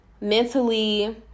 mentally